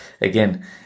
again